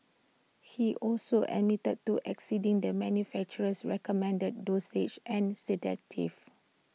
he also admitted to exceeding the manufacturer's recommended dosage and sedative